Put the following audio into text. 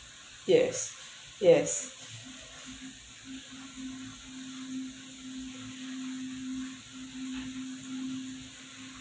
yes yes